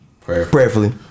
Prayerfully